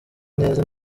neza